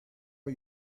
are